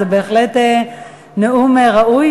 זה בהחלט נאום ראוי,